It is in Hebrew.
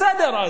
בסדר,